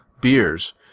beers